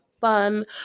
fun